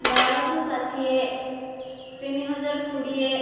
ବାରଶହ ଷାଠିଏ ତିନିହଜାର କୋଡ଼ିଏ